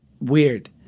Weird